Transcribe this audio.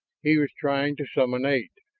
he was trying to summon aid.